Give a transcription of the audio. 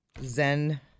Zen